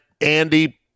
Andy